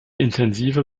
intensive